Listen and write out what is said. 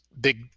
big